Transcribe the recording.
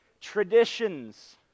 Traditions